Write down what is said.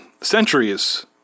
centuries